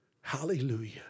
Hallelujah